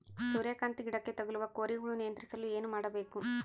ಸೂರ್ಯಕಾಂತಿ ಗಿಡಕ್ಕೆ ತಗುಲುವ ಕೋರಿ ಹುಳು ನಿಯಂತ್ರಿಸಲು ಏನು ಮಾಡಬೇಕು?